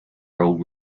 role